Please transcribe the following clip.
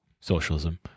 socialism